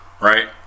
right